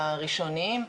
הראשוניים,